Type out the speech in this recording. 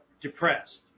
depressed